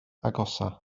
agosaf